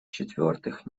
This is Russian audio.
четвертых